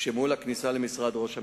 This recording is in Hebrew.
שמול הכניסה למשרד ראש הממשלה,